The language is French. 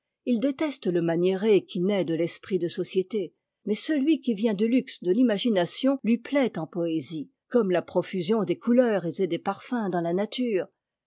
il déteste le maniéré qui naît de l'esprit de société mais celui qui vient du luxe de l'imagination lui plaît en poésie comme la profusion des couleurs et des parfums dans la nature